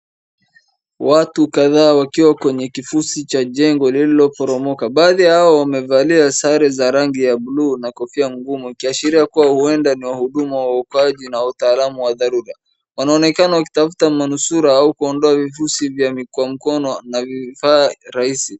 Watu kadhaa wakiwa kwenye kifusi cha jengo lililo poromoka. Baadhi yao wamevalia sare za rangi ya blue na kofia ngumu ikiashiria kuwa huenda ni wahudumu wa uokoaji na utaalamu wa dharura. Wanaonekana wakitafuta manusura au kuondoa vifusi vya kwa mikono na vifaa rahisi.